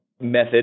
method